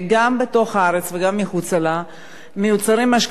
לה מיוצרים משקאות חריפים שמופצים בארץ.